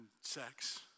sex